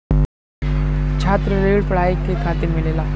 छात्र ऋण पढ़ाई के खातिर मिलेला